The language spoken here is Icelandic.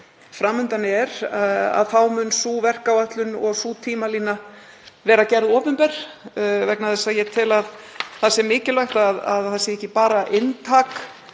fram undan er þá mun sú verkáætlun og sú tímalína vera gerð opinber vegna þess að ég tel að það sé mikilvægt að ekki bara inntak